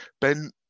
Ben